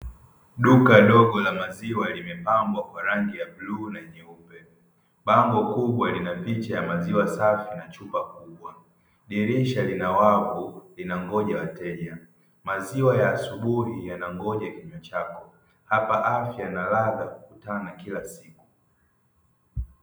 Duka dogo la maziwa limepambwa kwa rangi ya buluu na nyeupe, bango kubwa lina picha ya maziwa safi na picha kubwa, dirisha la wavu linangoja wateja, maziwa ya asubuhi yanangoja kinywa chako hapa afya na ladha hukutana kila siku.